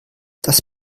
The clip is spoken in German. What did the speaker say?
das